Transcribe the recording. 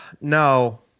No